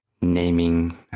naming